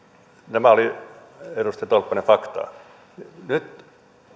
nämä olivat edustaja tolppanen faktaa nyt